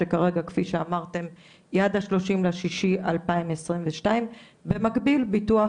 שכרגע כפי שאמרתם היא עד השלושים לשישי 2022. במקביל ביטוח